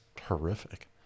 horrific